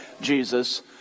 Jesus